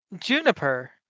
Juniper